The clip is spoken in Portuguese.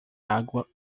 água